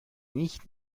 nicht